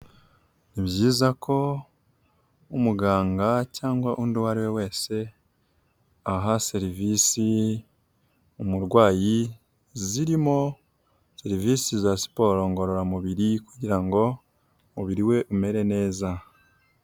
Ni byiza ko umuganga cyangwa undi uwo ari we wese, aha serivisi umurwayi, zirimo serivisi za siporo ngororamubiri kugira ngo umubiri we umere neza.